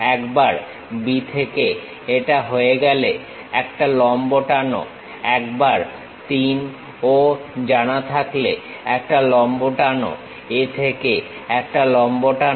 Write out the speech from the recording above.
একবার B থেকে এটা হয়ে গেলে একটা লম্ব টানো একবার 3 ও জানা থাকলে একটা লম্ব টানো A থেকে একটা লম্ব টানো